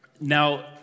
Now